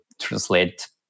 translate